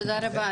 תודה רבה.